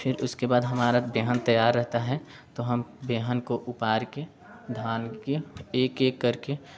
फिर उसके बाद हमारा बेहन तैयार रहता है तो हम बेहन को उपाड़ कर धान के एक एक करके